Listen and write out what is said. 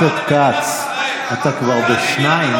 חבר הכנסת כץ, אתה כבר בשנייה.